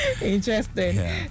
Interesting